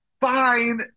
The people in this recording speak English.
fine